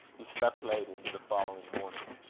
he slept late into the following morning.